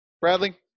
Bradley